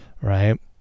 right